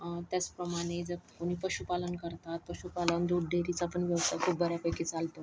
त्याचप्रमाणे जर कोणी पशुपालन करतात पशुपालन दूध डेरीचा पण व्यवसाय खूप बऱ्यापैकी चालतो